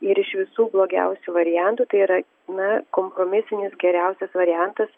ir iš visų blogiausių variantų tai yra na kompromisinis geriausias variantas